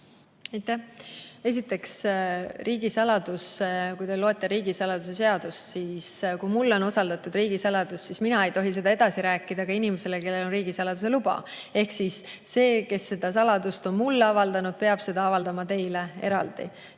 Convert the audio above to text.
Aitäh! Esiteks, riigisaladus. Kui te loete riigisaladuse seadust, siis kui mulle on usaldatud riigisaladus, siis mina ei tohi seda edasi rääkida ka inimesele, kellel on riigisaladuse luba. Ehk siis see, kes selle saladuse on mulle avaldanud, peab selle avaldama teile eraldi.